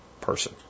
person